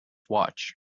watch